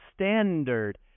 standard